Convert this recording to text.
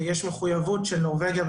יש מחויבות במקרה הזה של נורבגיה,